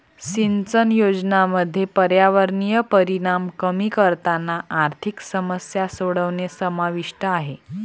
सिंचन योजनांमध्ये पर्यावरणीय परिणाम कमी करताना आर्थिक समस्या सोडवणे समाविष्ट आहे